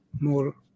more